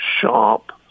sharp